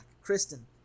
Kristen